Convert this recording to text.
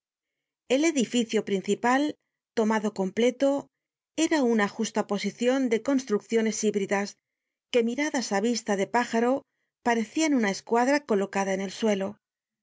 el edificio principal tomado completo era una justaposicion de construcciones híbridas que miradas á vista de pájaro parecian una escuadra colocada en el suelo